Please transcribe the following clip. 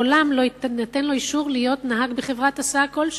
לעולם לא יינתן לו אישור להיות נהג בחברת הסעה כלשהי.